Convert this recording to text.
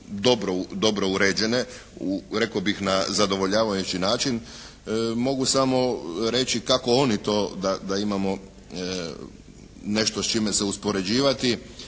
dobro uređene u, rekao bih na zadovoljavajući način. Mogu samo reći kako oni to, da imamo nešto s čime se uspoređivati,